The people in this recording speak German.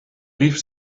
rief